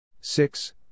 six